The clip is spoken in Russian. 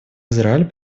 израиль